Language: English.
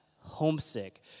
homesick